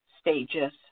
stages